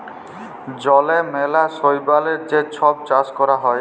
জলে ম্যালা শৈবালের যে ছব চাষ ক্যরা হ্যয়